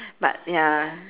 but ya